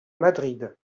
madrid